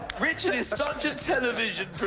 richard is such a television